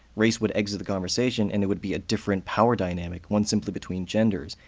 race would exit the conversation and it would be a different power dynamic, one simply between genders.